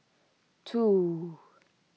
two